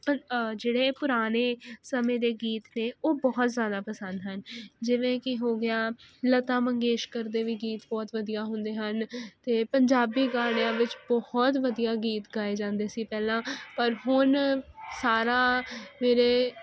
ਜਿਹੜੇ ਪੁਰਾਨੇ ਸਮੇਂ ਦੇ ਗੀਤ ਨੇ ਉਹ ਬਹੁਤ ਜ਼ਿਆਦਾ ਪਸੰਦ ਹਨ ਜਿਵੇਂ ਕਿ ਹੋ ਗਿਆ ਲਤਾ ਮੰਗੇਸ਼ਕਰ ਦੇ ਵੀ ਗੀਤ ਬਹੁਤ ਵਧੀਆ ਹੁੰਦੇ ਹਨ ਤੇ ਪੰਜਾਬੀ ਗਾਣਿਆਂ ਵਿੱਚ ਬਹੁਤ ਵਧੀਆ ਗਏ ਜਾਂਦੇ ਸੀ ਪਹਿਲਾਂ ਪਰ ਹੁਣ ਸਾਰਾ ਮੇਰੇ